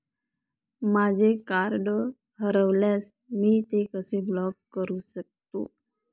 माझे कार्ड हरवल्यास मी ते कसे ब्लॉक करु शकतो?